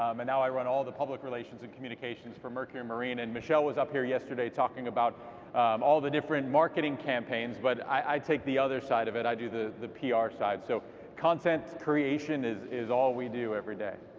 um and now i write all the public relations and communications for mercury marine, and michelle was up here yesterday talking about all the different marketing campaigns, but i take the other side of it. i do the the pr side, so content creation is is all we do everyday.